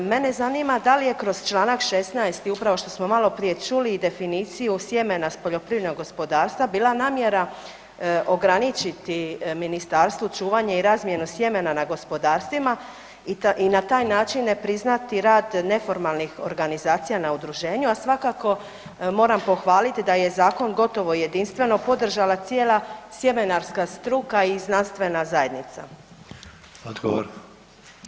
Mene zanima, da li je kroz čl. 16 upravo što smo maloprije čuli, definiciju sjemena s poljoprivrednog gospodarstva bila namjera ograničiti ministarstvu čuvanje i razmjenu sjemena na gospodarstvima i na taj način ne priznati rad neformalnih organizacija na udruženju, a svakako moram pohvaliti da je zakon gotovo jedinstveno podržala cijela sjemenarska struka i znanstvena zajednica.